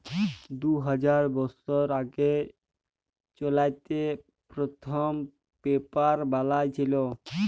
দু হাজার বসর আগে চাইলাতে পথ্থম পেপার বালাঁই ছিল